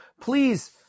Please